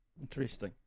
Interesting